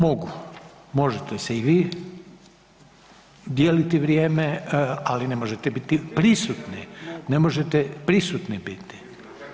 Mogu, možete si i vi dijeliti vrijeme ali ne možete biti prisutni, ne možete prisutni biti.